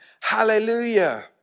Hallelujah